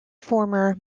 former